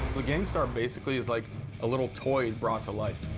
the gangstar basically is like a little toy brought to life.